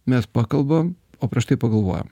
mes pakalbam o prieš tai pagalvojam